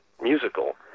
musical